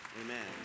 Amen